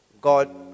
God